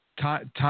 Time